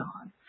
on